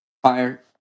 Fire